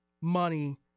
money